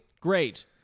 great